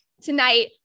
tonight